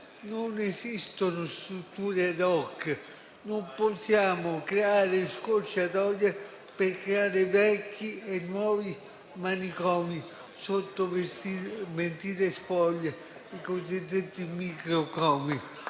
Non esistono strutture *ad hoc*, non possiamo creare scorciatoie per creare vecchi e nuovi manicomi sotto mentite spoglie, i cosiddetti "microcomi".